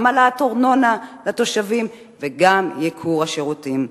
גם העלאת ארנונה לתושבים וגם ייקור השירותים.